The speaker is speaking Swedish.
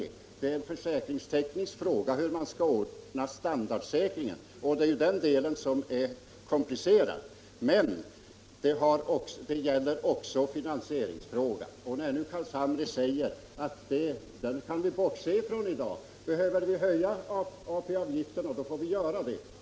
Det är en försäkringsteknisk fråga hur man skall ordna standardsäkringen, och det är ju den delen som är komplicerad. Men det gäller också finansieringsfrågan. Herr Carlshamre säger att vi kan bortse från den i dag; behöver vi höja AP-avgiften, får vi göra det.